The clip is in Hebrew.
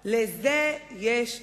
לזה יש תקציב.